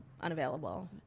unavailable